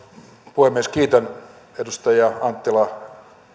puhemies kiitän edustajat anttila